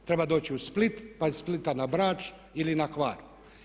Treba doći u Split, pa iz Splita na Brač ili na Hvar.